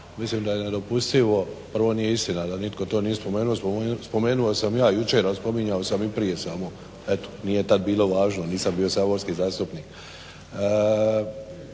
Mislim da je nedopustivo prvo nije istina da to nitko nije spomenuo, spomenuo sam ja jučer, a spominjao sam i prije samo eto nije tada bilo važno nisam bio saborski zastupnik.